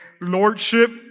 Lordship